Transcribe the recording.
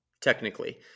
technically